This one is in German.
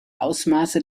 ausmaße